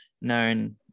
known